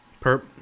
Perp